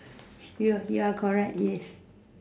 you ya correct yes